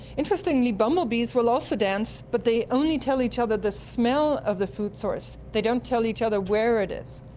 interestingly bumblebees will also dance but they only tell each other the smell of the food source, they don't tell each other where it is.